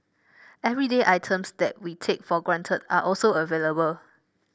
everyday items that we take for granted are also available